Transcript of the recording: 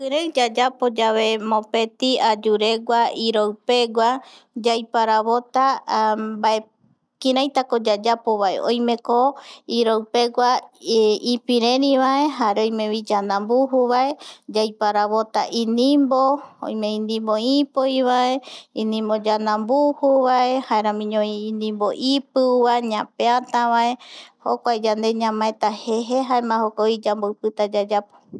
Ñanekirei yayaopo yave mopeti ayuregua iroipegua yaiparavota kiraitako yayapovae oimeko iroipegua ipirerivae, jare oimevi yandambujuvae, yaiparavota inimbo, inimbo ipoi, inimbo ñandambu juvae jaeramiñovi inimbo ipiuvae ñapeatavae jokuae yande ñamaeta je jaema jukuraita yayapo